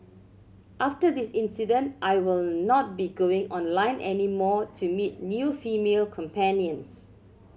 after this incident I will not be going online any more to meet new female companions